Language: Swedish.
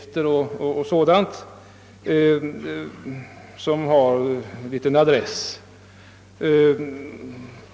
De teckningarna har då en klar adress.